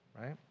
right